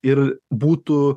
ir būtų